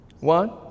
One